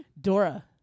Dora